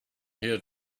here